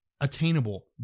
attainable